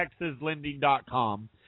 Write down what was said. TexasLending.com